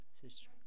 Sister